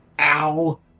Ow